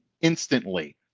instantly